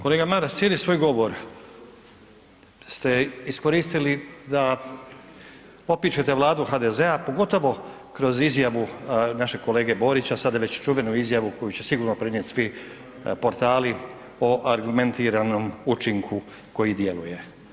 Kolega Maras cijeli svoj govor ste iskoristili da opišete Vladu HDZ-a pogotovo kroz izjavu našeg kolege Borića sada već čuvenu izjavu koju će sigurno prenijeti svi portali o argumentiranom učinku koji djeluje.